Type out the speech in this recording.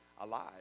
alive